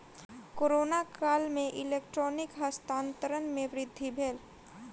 corona काल में electronic हस्तांतरण में वृद्धि भेल